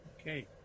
Okay